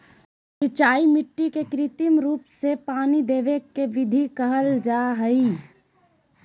सिंचाई मिट्टी के कृत्रिम रूप से पानी देवय के विधि के कहल जा हई